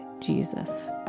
Jesus